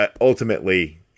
ultimately